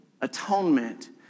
atonement